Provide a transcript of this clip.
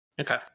Okay